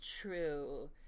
true